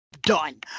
done